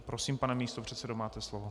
Prosím, pane místopředsedo, máte slovo.